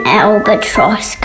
albatross